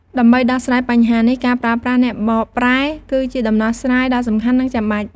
ដើម្បីដោះស្រាយបញ្ហានេះ ការប្រើប្រាស់អ្នកបកប្រែ គឺជាដំណោះស្រាយដ៏សំខាន់ និងចាំបាច់។